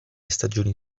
stagioni